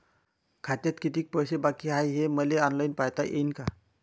खात्यात कितीक पैसे बाकी हाय हे मले ऑनलाईन पायता येईन का?